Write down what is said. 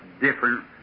different